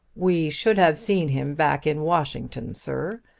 we should have seen him back in washington, sir.